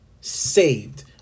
saved